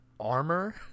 armor